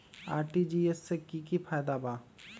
RTGS से की की फायदा बा?